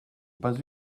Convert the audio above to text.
pas